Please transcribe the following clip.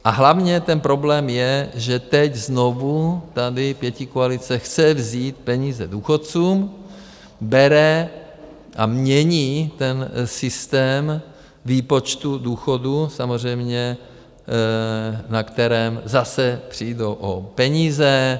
A hlavně ten problém je, že teď znovu tady pětikoalice chce vzít peníze důchodcům, bere a mění ten systém výpočtu důchodu, samozřejmě na kterém zase přijdou o peníze.